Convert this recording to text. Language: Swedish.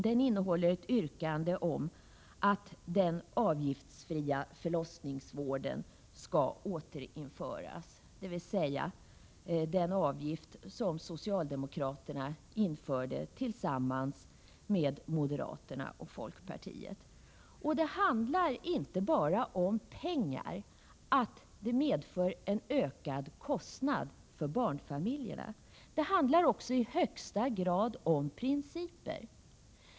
Den innehåller ett yrkande om att den avgiftsfria förlossningsvården skall återinföras, dvs. att den avgift som socialdemokraterna införde tillsammans med moderaterna och folkpartiet slopas. Det handlar inte bara om pengar, att det medför en ökad kostnad för barnfamiljerna. Det handlar också i allra högsta grad om principer.